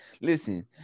Listen